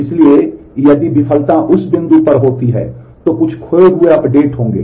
इसलिए यदि विफलता उस बिंदु पर होती है तो कुछ खोए हुए अपडेट होंगे